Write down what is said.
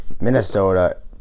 Minnesota